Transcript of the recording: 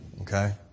Okay